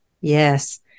Yes